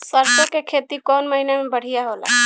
सरसों के खेती कौन महीना में बढ़िया होला?